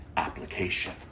application